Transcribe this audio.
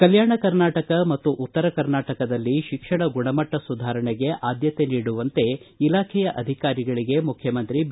ಕಲ್ಲಾಣ ಕರ್ನಾಟಕ ಮತ್ತು ಉತ್ತರ ಕರ್ನಾಟಕದಲ್ಲಿ ಶಿಕ್ಷಣ ಗುಣಮಟ್ಟ ಸುಧಾರಣೆಗೆ ಆದ್ದತೆ ನೀಡುವಂತೆ ಶಿಕ್ಷಣ ಇಲಾಖೆಯ ಅಧಿಕಾರಿಗಳಿಗೆ ಮುಖ್ಯಮಂತ್ರಿ ಬಿ